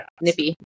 nippy